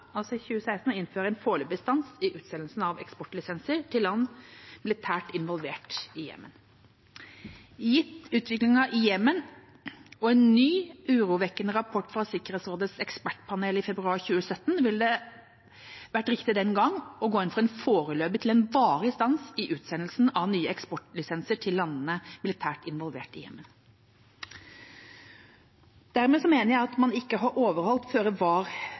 altså i 2016, vært å innføre en foreløpig stans i utsendelsen av eksportlisenser til land militært involvert i Jemen. Gitt utviklingen i Jemen og en ny urovekkende rapport fra Sikkerhetsrådets ekspertpanel i februar 2017 ville det vært riktig den gang å gå inn for en foreløpig til en varig stans i utsendelsen av nye eksportlisenser til land militært involvert i Jemen. Dermed mener jeg at man ikke har overholdt